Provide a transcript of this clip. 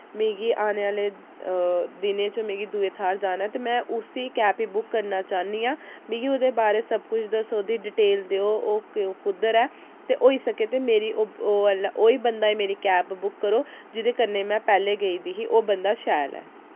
मिगी आने आह्ले दिनें च मिगी दूए थाह्र जाना ऐ ते में उसदी कैब गी बुक करना चाह्न्नी आं मिगी उ'दे बारे च सब कुछ दस्सो उ'दी डिटेल देओ ओह् कुद्धर ऐ ते होई सकै ते मेरी ओह् आह्ला ओह् ई बंदा मेरी कैब बुक करो जिदे कन्नै में पैह्लें गेई दी ही ओह् बंदा शैल ऐ